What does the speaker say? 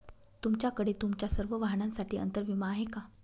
तुमच्याकडे तुमच्या सर्व वाहनांसाठी अंतर विमा आहे का